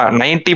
90%